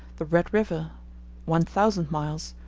the red river one thousand miles,